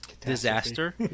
disaster